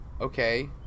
Okay